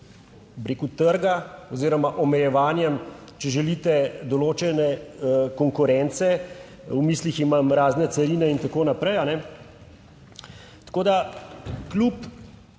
rekel, trga oziroma omejevanjem, če želite, določene konkurence; v mislih imam razne carine in tako naprej.